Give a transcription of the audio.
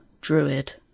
Druid